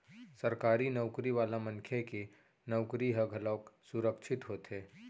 सरकारी नउकरी वाला मनखे के नउकरी ह घलोक सुरक्छित होथे